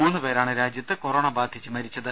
മൂന്ന് പേരാണ് രാജ്യത്ത് കൊറോണ ബാധിച്ച് മരിച്ചത്